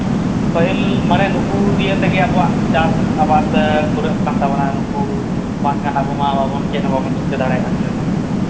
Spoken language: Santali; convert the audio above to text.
ᱯᱟᱹᱦᱤᱞ ᱢᱟᱱᱮ ᱱᱩᱠᱩ ᱫᱤᱭᱮ ᱛᱮᱜᱮ ᱟᱵᱚᱣᱟᱜ ᱪᱟᱥ ᱟᱵᱟᱫᱽ ᱯᱩᱨᱟᱹᱜ ᱠᱟᱱ ᱛᱟᱵᱚᱱᱟ ᱱᱩᱠᱩ ᱵᱟᱝᱠᱷᱟᱱ ᱟᱵᱚᱢᱟ ᱪᱮᱫ ᱦᱚᱸ ᱵᱟᱝᱵᱚᱱ ᱪᱤᱠᱟᱹ ᱫᱟᱹᱲᱮᱭᱟᱜ ᱦᱩᱱᱟᱹᱝ